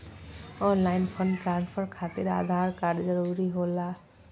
Online fund transfer खातिर Aadhaar card जरूरी होला?